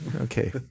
okay